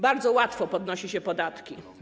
Bardzo łatwo podnosi się podatki.